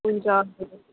हुन्छ